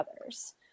others